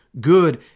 good